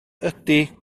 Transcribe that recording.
ydy